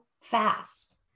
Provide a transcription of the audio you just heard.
fast